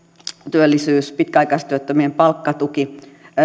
työllisyys pitkäaikaistyöttömien palkkatuki